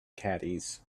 caddies